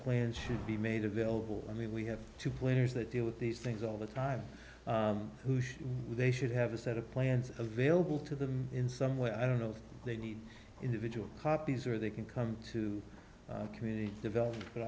plans should be made available and we have two players that deal with these things all the time who should they should have a set of plans available to them in some way i don't know if they need individual copies or they can come to community development but